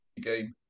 game